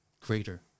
greater